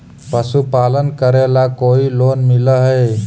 पशुपालन करेला कोई लोन मिल हइ?